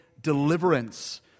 deliverance